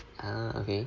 okay